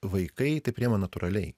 vaikai tai priima natūraliai